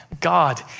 God